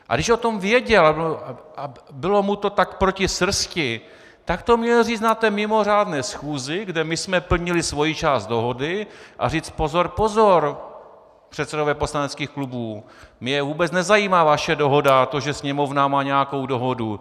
A když o tom věděl a bylo mu to tak proti srsti, tak to měl říct na té mimořádné schůzi, kde my jsme plnili svoji část dohody, a říct: Pozor, pozor, předsedové poslaneckých klubů, mě vůbec nezajímá vaše dohoda a to, že Sněmovna má nějakou dohodu.